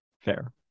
Fair